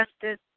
justice